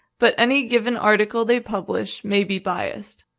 but any given article they publish may be biased.